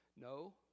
No